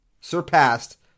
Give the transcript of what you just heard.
surpassed